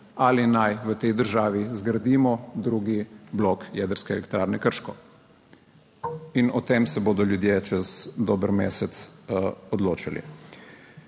ali naj v tej državi zgradimo drugi blok jedrske elektrarne Krško? In o tem se bodo ljudje čez dober mesec odločali.